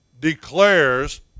declares